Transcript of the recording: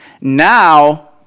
Now